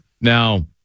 Now